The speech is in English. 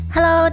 Hello